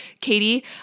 Katie